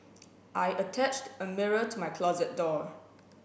I attached a mirror to my closet door